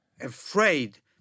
afraid